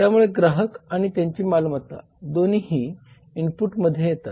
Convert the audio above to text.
त्यामुळे ग्राहक आणि त्याची मालमत्ता दोन्ही इनपुट म्हणून येतात